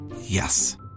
Yes